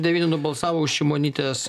devyni nubalsavo už šimonytės